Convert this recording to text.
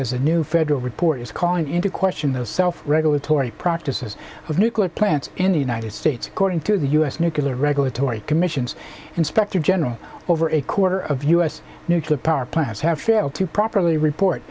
as a new federal report is calling into question the self regulatory practices of nuclear plants in the united states according to the u s nuclear regulatory commission inspector general over a quarter of u s nuclear power plants have failed to properly report